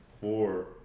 Four